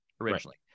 originally